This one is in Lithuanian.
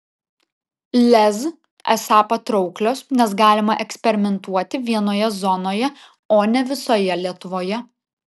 lez esą patrauklios nes galima eksperimentuoti vienoje zonoje o ne visoje lietuvoje